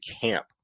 camp